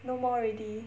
no more already